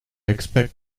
expect